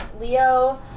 Leo